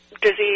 disease